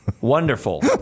Wonderful